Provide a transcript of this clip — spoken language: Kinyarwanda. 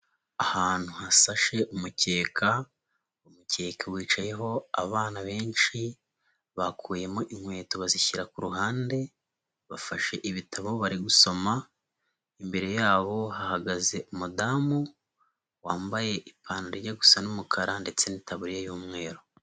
Ahantu hasashe umukeka, umukeka wicayeho abana benshi, bakuyemo inkweto bazishyira ku ruhande bafashe ibitabo bari gusoma, imbere yabo hahagaze umudamu wambaye ipantaro ijya gusa n'umukara ndetse n'itaburiya y'umweru.